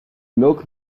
milk